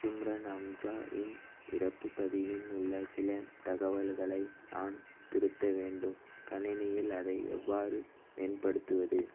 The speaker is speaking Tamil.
சிம்ரன் அம்ஜாவின் இறப்புப் பதிவில் உள்ள சில தகவல்களை நான் திருத்த வேண்டும் கணினியில் அதை எவ்வாறு மேன்படுத்துவது